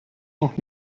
noch